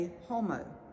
Homo